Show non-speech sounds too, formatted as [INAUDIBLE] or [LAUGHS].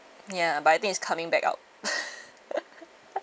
ya but I think it's coming back out [LAUGHS]